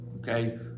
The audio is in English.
okay